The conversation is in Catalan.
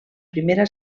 primera